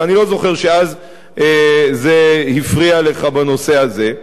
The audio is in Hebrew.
ואני לא זוכר שאז זה הפריע לך בנושא הזה.